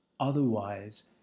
Otherwise